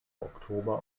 oktober